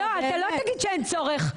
לא, אתה לא תגיד שאין צורך.